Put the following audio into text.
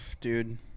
Dude